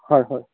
হয় হয়